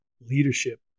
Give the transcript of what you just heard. leadership